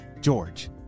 George